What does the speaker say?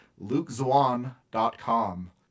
LukeZwan.com